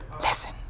Listen